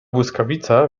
błyskawica